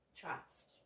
trust